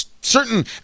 certain